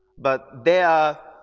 but there